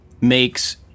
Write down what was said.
Makes